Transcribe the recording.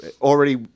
already